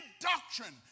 doctrine